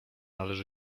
należy